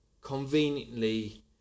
conveniently